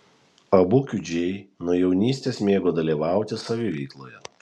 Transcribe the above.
abu kiudžiai nuo jaunystės mėgo dalyvauti saviveikloje